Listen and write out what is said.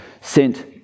sent